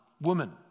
woman